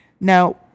Now